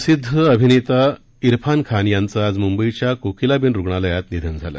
प्रसिद्ध अभिनेता इरफान खान यांचं आज मुंबईच्या कोकिलाबेन रुग्णालयात निधन झालं